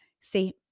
see